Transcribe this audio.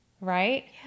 Right